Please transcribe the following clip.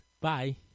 Bye